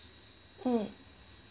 mm